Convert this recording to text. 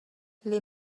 les